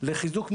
לחיזוק מבנים.